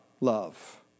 love